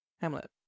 Hamlet